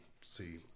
see